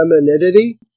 femininity